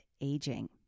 aging